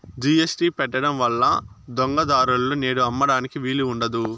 GST పెట్టడం వల్ల దొంగ దారులలో నేడు అమ్మడానికి వీలు ఉండదు